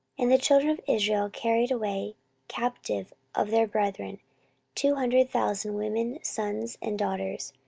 and the children of israel carried away captive of their brethren two hundred thousand, women, sons, and daughters,